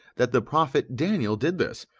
that the prophet daniel did this,